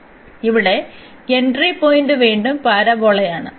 അതിനാൽ ഇവിടെ entry point വീണ്ടും പരാബോളയാണ്